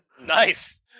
Nice